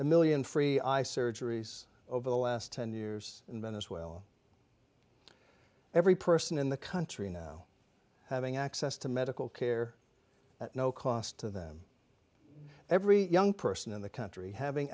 the million free i surgeries over the last ten years in venezuela every person in the country now having access to medical care at no cost to them every young person in the country having